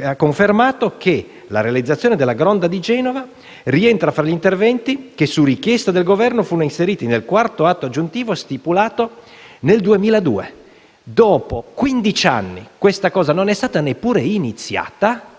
ha confermato che la realizzazione della gronda di Genova rientra tra gli interventi che, su richiesta del Governo, furono inseriti nel IV atto aggiuntivo stipulato nel 2002. Dopo quindici anni il lavoro non è stato neppure iniziato